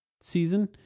season